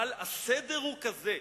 אבל הסדר הוא כזה,